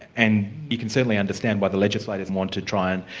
and you can certainly understand why the legislators want to try and,